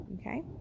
Okay